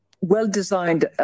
well-designed